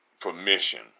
permission